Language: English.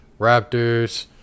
Raptors